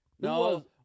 No